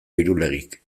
irulegik